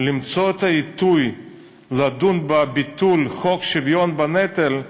למצוא את העיתוי לדון בביטול חוק השוויון בנטל,